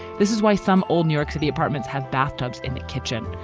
this is why some old new york city apartments have bathtubs in the kitchen.